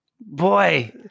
Boy